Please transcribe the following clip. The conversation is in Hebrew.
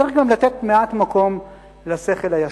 צריך גם לתת מעט מקום לשכל הישר.